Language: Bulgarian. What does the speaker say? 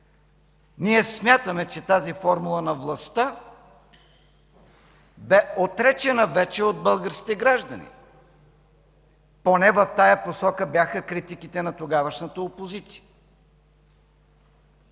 Ние смятаме, че тази формула на властта бе отречена вече от българските граждани, поне в тази посока бяха критиките на тогавашната позиция.